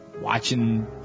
watching